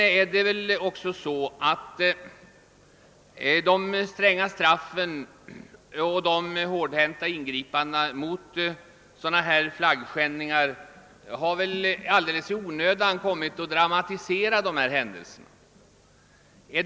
Jag vill vidare säga att de stränga straffen för och de hårdhänta ingripandena mot flaggskändningar väl alldeles i onödan har dramatiserat sådana händelser.